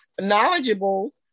knowledgeable